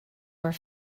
were